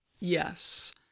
Yes